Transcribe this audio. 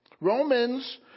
Romans